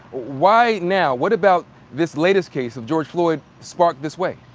why now? what about this latest case of george floyd sparked this way?